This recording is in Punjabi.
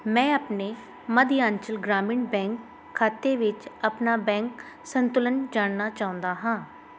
ਮੈਂ ਆਪਣੇ ਮੱਧਯਾਂਚਲ ਗ੍ਰਾਮੀਣ ਬੈਂਕ ਖਾਤੇ ਵਿੱਚ ਆਪਣਾ ਬੈਂਕ ਸੰਤੁਲਨ ਜਾਣਨਾ ਚਾਹੁੰਦਾ ਹਾਂ